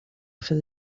for